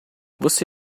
você